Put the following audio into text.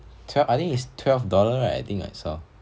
twelve I think it's twelve dollar right I think I saw